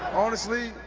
honestly.